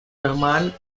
rahman